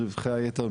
רווחי היתר,